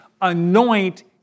anoint